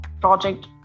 project